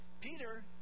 Peter